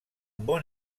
bon